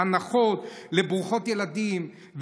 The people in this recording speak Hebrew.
הנחות לברוכות ילדים,